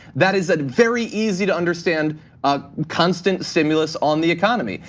that is a very easy to understand ah constant stimulus on the economy.